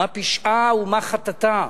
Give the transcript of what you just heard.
מה פשעה ומה חטאה?